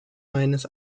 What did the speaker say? meines